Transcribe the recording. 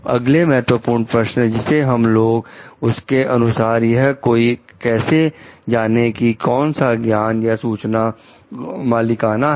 अगले महत्वपूर्ण प्रश्न जिसे हम लेंगे उसके अनुसार यह कोई कैसे जाने की कौन सा ज्ञान या सूचना मालिकाना है